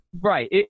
Right